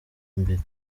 imbere